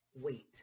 Wait